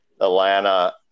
Atlanta